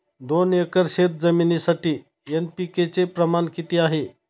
दोन एकर शेतजमिनीसाठी एन.पी.के चे प्रमाण किती आहे?